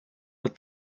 with